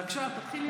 בבקשה, תתחילי.